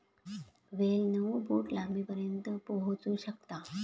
वेल नऊ फूट लांबीपर्यंत पोहोचू शकता